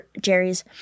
Jerry's